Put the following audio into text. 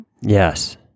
Yes